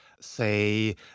say